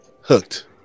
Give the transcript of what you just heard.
Hooked